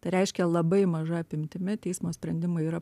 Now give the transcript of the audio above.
tai reiškia labai maža apimtimi teismo sprendimai yra